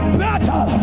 better